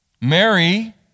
Mary